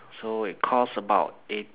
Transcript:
so it caused about eight